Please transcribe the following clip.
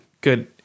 good